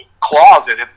closet